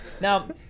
Now